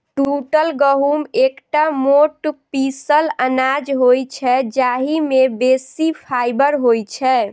टूटल गहूम एकटा मोट पीसल अनाज होइ छै, जाहि मे बेसी फाइबर होइ छै